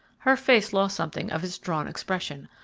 her face lost something of its drawn expression.